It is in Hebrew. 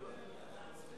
בעד,